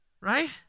Right